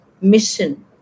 mission